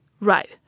Right